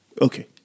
Okay